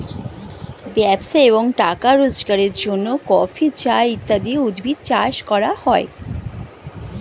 ব্যবসা এবং টাকা রোজগারের জন্য কফি, চা ইত্যাদি উদ্ভিদ চাষ করা হয়